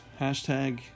hashtag